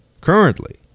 currently